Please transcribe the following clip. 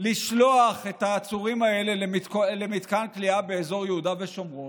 לשלוח את העצורים האלה למתקן כליאה באזור יהודה ושומרון?